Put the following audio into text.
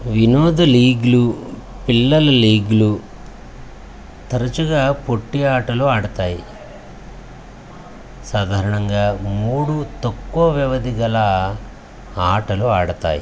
వినోద లీగ్లు పిల్లల లీగ్లు తరచుగా పొట్టి ఆటలు ఆడతాయి సాధారణంగా మూడు తక్కువ వ్యవధి గల ఆటలు ఆడతాయి